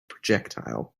projectile